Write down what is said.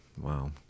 Wow